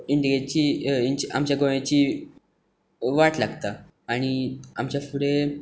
इंडियेची आमची गोंयची वाट लागता आनी आमचे फुडें